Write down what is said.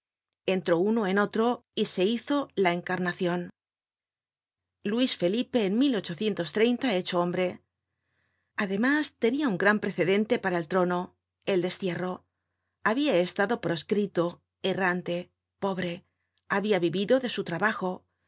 entró uno en otro y se hizo la encarnacion luis felipe es hecho hombre además tenia un gran precedente para el trono el destierro habia estado proscrito errante pobre habia vivido de su trabajo